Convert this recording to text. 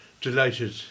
Delighted